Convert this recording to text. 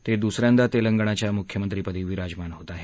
ते दुसऱ्यांदा तेलंगणाच्या मुख्यमंत्रीपदी विराजमान होत आहेत